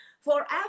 forever